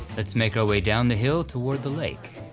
let's make our way down the hill toward the lake.